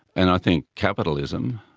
and i think capitalism,